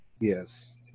Yes